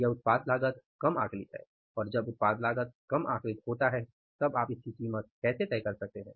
यह उत्पाद लागत कम आकलित है और जब उत्पाद लागत कम आकलित होता है तब आप इसकी कीमत कैसे तय कर सकते हैं